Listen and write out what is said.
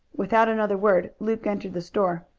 without another word luke entered the store.